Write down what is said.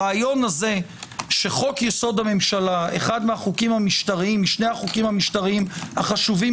הרעיון הזה שחוק יסוד: הממשלה אחד משני החוקים המשטרתיים החשובים